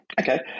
Okay